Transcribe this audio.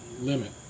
limit